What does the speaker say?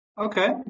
Okay